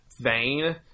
vein